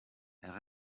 elles